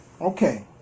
okay